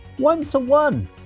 one-to-one